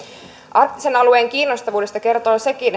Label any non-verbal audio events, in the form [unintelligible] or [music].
arktisen alueen kiinnostavuudesta kertoo sekin [unintelligible]